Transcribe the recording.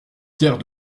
pierre